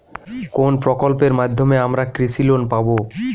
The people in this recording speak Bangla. কোন প্রকল্পের মাধ্যমে আমরা কৃষি লোন পাবো?